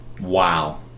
Wow